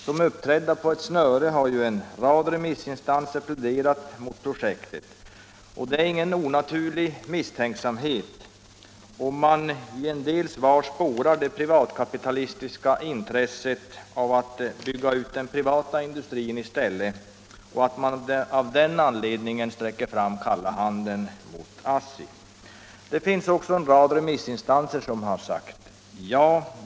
Som uppträdda på ett snöre har en rad remissinstanser pläderat mot projektet. Det beror inte på någon onaturlig misstänksamhet om man i en del svar spårar det privatkapitalistiska intresset av att bygga ut den privata industrin i stället — och att man av den anledningen möter ASSI med kalla handen. Det finns också en rad remissinstanser som har sagt ja.